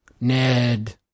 ned